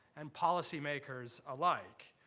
and policymakers alike.